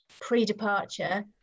pre-departure